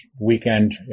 weekend